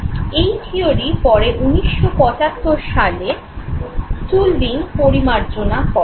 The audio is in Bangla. এই থিয়োরি পরে 1975 সালে টুল্ভিং পরিমার্জনা করেন